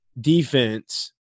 defense